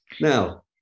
Now